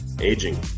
aging